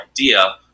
idea